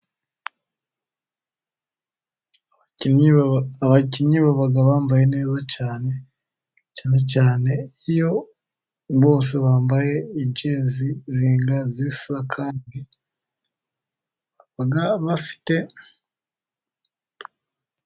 Abakinnyi baba bambaye neza cyane, cyane cyane iyo bose bambaye injezi zisa, kandi baba bafite.....